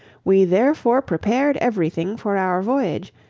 we therefore prepared every thing for our voyage,